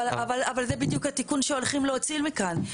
אבל זה בדיוק התיקון שהולכים להוציא מכאן.